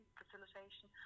facilitation